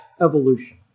evolution